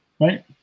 right